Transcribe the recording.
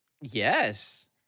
Yes